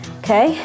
okay